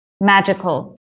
magical